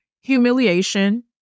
humiliation